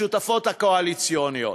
לשותפות הקואליציוניות.